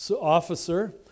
officer